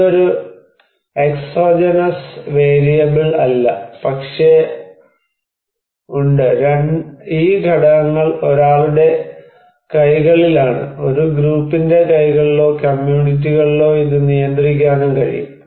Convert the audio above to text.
ഇത് ഒരു exogenous variable അല്ല പക്ഷേ ഉണ്ട് ഈ ഘടകങ്ങൾ ഒരാളുടെ കൈകളിലാണ് ഒരു ഗ്രൂപ്പിന്റെ കൈകളിലോ കമ്മ്യൂണിറ്റികളിലോ ഇത് നിയന്ത്രിക്കാൻ കഴിയും